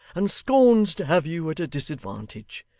and scorns to have you at a disadvantage.